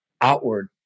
outward